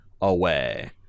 away